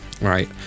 Right